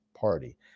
Party